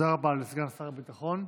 תודה רבה לסגן שר הביטחון.